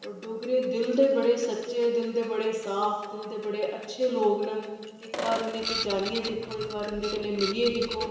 होर डोगरे दिल दे बड़े सच्चे दिल दे बड़े साफ दिल दे बड़े अच्छे लोग न इक बार उ'नेंगी जानियै दिक्खो इक बार उं'दे कन्नै मिलियै दिक्खो